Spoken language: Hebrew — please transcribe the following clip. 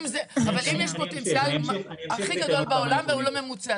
אבל אם יש פוטנציאל הכי גדול בעולם והוא לא ממוצא,